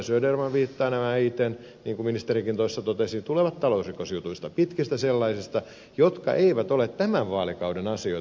söderman viittasi ja niin kuin ministerikin totesi tulevat talousrikosjutuista pitkistä sellaisista jotka eivät ole tämän vaalikauden asioita